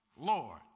Lord